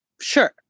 Sure